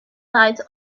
bites